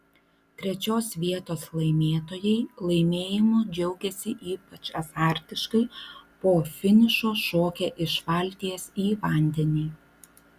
trečios vietos laimėtojai laimėjimu džiaugėsi ypač azartiškai po finišo šokę iš valties į vandenį